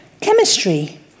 Chemistry